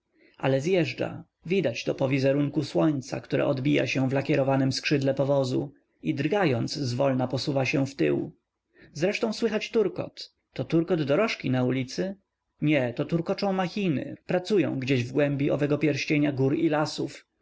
ale zjeżdża widać to po wizerunku słońca które odbija się w lakierowanem skrzydle powozu i drgając zwolna posuwa się wtył zresztą słychać turkot to turkot dorożki na ulicy nie to turkoczą machiny pracujące gdzieś w głębi owego pierścienia gór i lasów